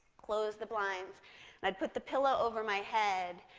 close the blinds, and i'd put the pillow over my head,